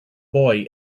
boy